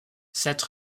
cette